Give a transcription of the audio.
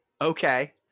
Okay